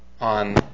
on